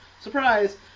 Surprise